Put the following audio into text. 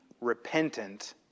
repentant